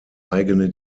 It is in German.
eigene